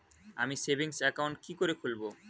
আমি savings account কি করে খুলব?